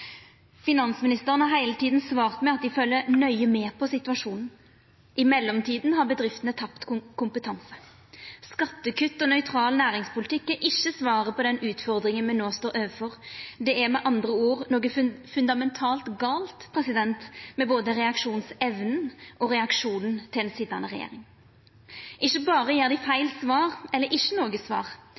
Finansministeren har heile tida svart med at dei følgjer nøye med på situasjonen. I mellomtida har bedriftene tapt kompetanse. Skattekutt og nøytral næringspolitikk er ikkje svaret på den utfordringa me no står overfor. Det er med andre ord noko fundamentalt gale med både reaksjonsevna og reaksjonen til den sitjande regjeringa. Ikkje berre gjev dei feil svar eller ikkje noko svar,